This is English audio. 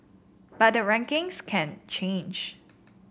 but the rankings can change